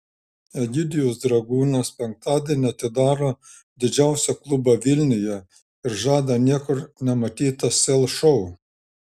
egidijus dragūnas penktadienį atidaro didžiausią klubą vilniuje ir žada niekur nematytą sel šou